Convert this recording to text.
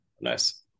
nice